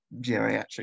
geriatric